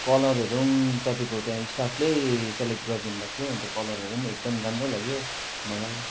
कलरहरू पनि तपाईँको त्यहाँ स्टाफले सेलेक्ट गरिदिनुभएको थियो अन्त कलरहरू पनि एकदम राम्रो लाग्यो मलाई